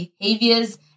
behaviors